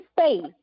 faith